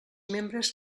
membres